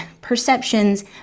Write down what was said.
perceptions